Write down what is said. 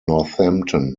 northampton